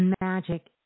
magic